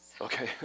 Okay